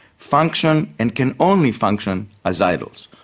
function and can only function as idols.